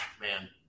man